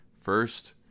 First